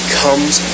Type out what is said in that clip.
comes